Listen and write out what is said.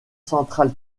centrale